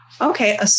Okay